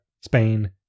Spain